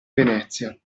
venezia